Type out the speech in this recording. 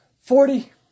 forty